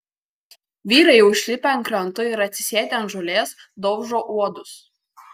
vyrai jau išlipę ant kranto ir atsisėdę ant žolės daužo uodus